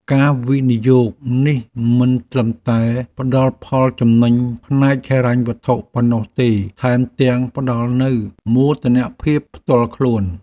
ការវិនិយោគនេះមិនត្រឹមតែផ្តល់ផលចំណេញផ្នែកហិរញ្ញវត្ថុប៉ុណ្ណោះទេថែមទាំងផ្តល់នូវមោទនភាពផ្ទាល់ខ្លួន។